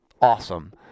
awesome